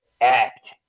act